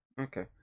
okay